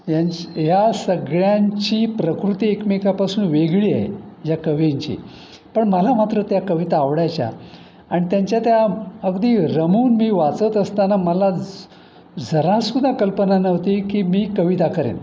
यां या सगळ्यांची प्रकृती एकमेकापासून वेगळी आहे या कवींची पण मला मात्र त्या कविता आवडायच्या आणि त्यांच्या त्या अगदी रमून मी वाचत असताना मला ज जरा सुद्धा कल्पना नव्हती की मी कविता करेन